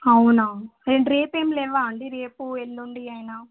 అవునా ఏంటి రేపు ఏం లేవా రేపు ఎల్లుండి అయినా